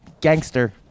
Gangster